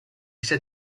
said